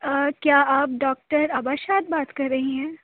آ کیا آپ ڈاکٹر عبا شاد بات کر رہی ہیں